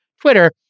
Twitter